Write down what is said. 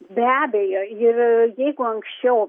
be abejo ir jeigu anksčiau